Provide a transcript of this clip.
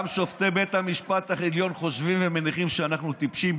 גם שופטי בית המשפט העליון חושבים ומניחים שאנחנו טיפשים,